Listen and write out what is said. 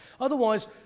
Otherwise